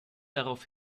darauf